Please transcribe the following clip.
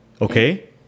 Okay